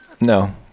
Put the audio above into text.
no